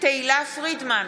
תהלה פרידמן,